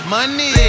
Money